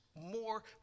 more